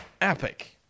epic